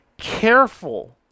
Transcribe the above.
careful